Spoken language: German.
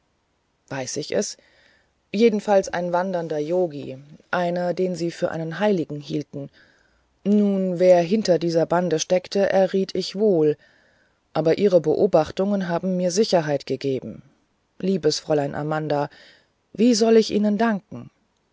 weiß ich es jedenfalls ein wandernder yogi einer den sie für einen heiligen hielten nun wer hinter dieser bande steckte erriet ich wohl aber ihre beobachtungen haben mir sicherheit gegeben liebes fräulein amanda wie soll ich ihnen danken